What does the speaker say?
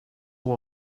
will